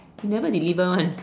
he never deliver one